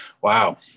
Wow